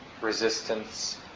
resistance